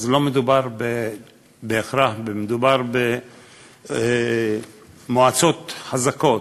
אז לא מדובר בהכרח, מדובר במועצות חזקות,